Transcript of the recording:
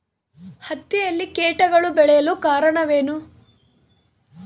ಹತ್ತಿಯಲ್ಲಿ ಕೇಟಗಳು ಬೇಳಲು ಕಾರಣವೇನು?